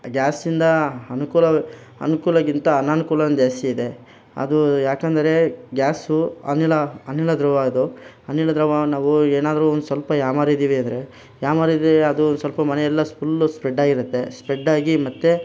ಗ್ಯಾಸಿಂದ ಅನುಕೂಲ ಅನುಕೂಲಗಿಂತ ಅನಾನುಕೂಲ ಜಾಸ್ತಿ ಇದೆ ಅದು ಯಾಕಂದರೆ ಗ್ಯಾಸು ಅನಿಲ ಅನಿಲ ದ್ರವ ಅದು ಅನಿಲ ದ್ರವ ನಾವು ಏನಾದರೂ ಒಂದು ಸ್ವಲ್ಪ ಯಾಮಾರಿದೀವಿ ಅಂದರೆ ಯಾಮಾರಿದೀವಿ ಅದು ಒಂದು ಸ್ವಲ್ಪ ಮನೆಯೆಲ್ಲ ಫುಲ್ಲು ಸ್ಪ್ರೆಡ್ಡಾಗಿರುತ್ತೆ ಸ್ಪ್ರೆಡ್ಡಾಗಿ ಮತ್ತು